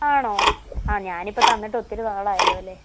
ആണോ ആ ഞാനിപ്പോൾ തന്നിട്ട് ഒത്തിരി നാളായല്ലോ അല്ലേ